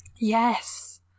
Yes